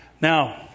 Now